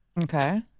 Okay